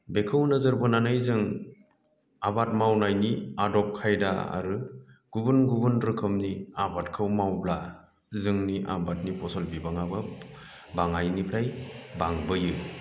बेखौ नोजोर बोनानै जों आबाद मावनायनि आदब खायदा आरो गुबुन गुबुन रोखोमनि आबादखौ मावोब्ला जोंनि आबादनि फसल बिबाङाबो बाङायनिफ्राय बांबोयो